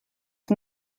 die